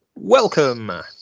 Welcome